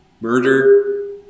Murder